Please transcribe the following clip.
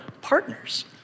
partners